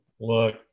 Look